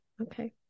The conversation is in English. Okay